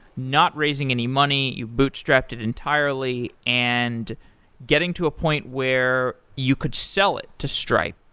not raising any money. you boot-strapped it entirely and getting to a point wehre you could sell it to stripe.